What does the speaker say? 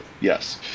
Yes